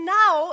now